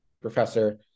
professor